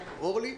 אורלי?